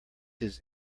his